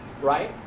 right